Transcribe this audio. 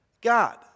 God